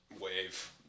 wave